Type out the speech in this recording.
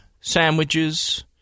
sandwiches